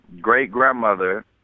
great-grandmother